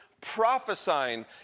prophesying